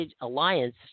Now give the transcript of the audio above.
alliance